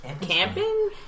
camping